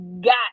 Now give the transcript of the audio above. got